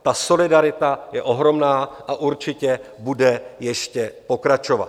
Ta solidarita je ohromná a určitě bude ještě pokračovat.